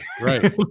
right